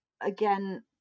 again